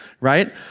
right